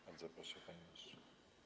Bardzo proszę, panie ministrze.